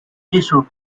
thrissur